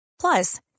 plus